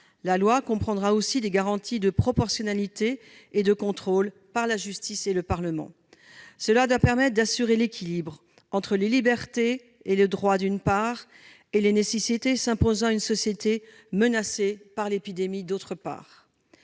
La loi comprendra aussi des garanties de proportionnalité et de contrôle par la justice et le Parlement. Cela doit permettre d'assurer l'équilibre entre les droits et libertés, d'une part, et les nécessités s'imposant à une société menacée par l'épidémie, d'autre part.